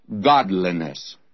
godliness